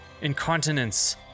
Incontinence